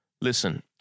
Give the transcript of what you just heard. Listen